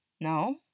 no